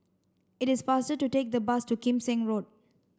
it is faster to take the bus to Kim Seng Road